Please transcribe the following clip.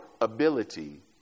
ability